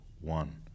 one